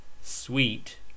Sweet